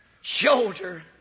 shoulder